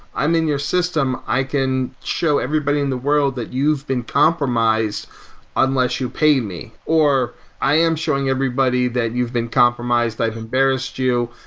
i'm in your system. i can show everybody in the world that you've been compromised unless you pay me, or i am showing everybody that you've been compromised, i've embarrassed you.